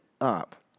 up